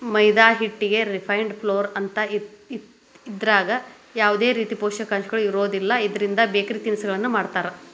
ಮೈದಾ ಹಿಟ್ಟಿಗೆ refined flour ಅಂತಾರ, ಇದ್ರಾಗ ಯಾವದೇ ರೇತಿ ಪೋಷಕಾಂಶಗಳು ಇರೋದಿಲ್ಲ, ಇದ್ರಿಂದ ಬೇಕರಿ ತಿನಿಸಗಳನ್ನ ಮಾಡ್ತಾರ